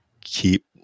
keep